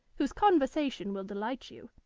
whose conversation will delight you.